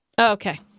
okay